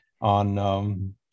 on